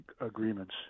agreements